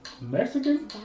mexican